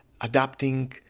adapting